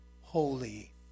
holy